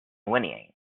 whinnying